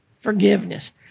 forgiveness